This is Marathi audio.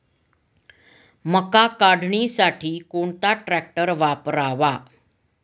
मका काढणीसाठी कोणता ट्रॅक्टर वापरावा?